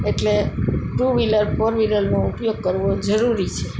એટલે two wheeler four વ્હિલરનો ઉપયોગ કરવો જરૂરી છે